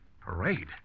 Parade